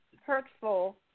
hurtful